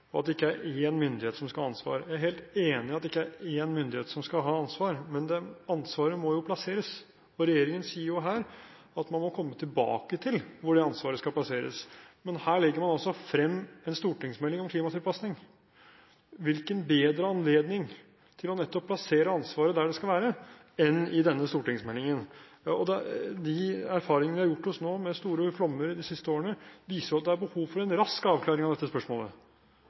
og at det ikke er én myndighet som skal ha ansvaret. Jeg er helt enig i at det ikke er én myndighet som skal ha ansvar, men ansvaret må jo plasseres. Regjeringen sier her at man må komme tilbake til hvor det ansvaret skal plasseres. Men her legger man altså frem en stortingsmelding om klimatilpasning. Hvilken bedre anledning har man til nettopp å plassere ansvaret der det skal være, enn i denne stortingsmeldingen? De erfaringene vi har gjort oss nå med store flommer de siste årene, viser jo at det er behov for en rask avklaring av dette spørsmålet.